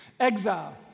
exile